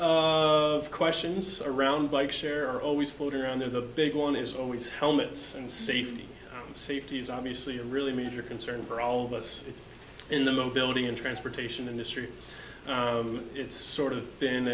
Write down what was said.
of questions around bikeshare are always floating around there the big one is always helmets and safety safety is obviously a really major concern for all of us in the mobility in transportation industry it's sort of been